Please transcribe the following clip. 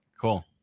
Cool